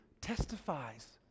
Testifies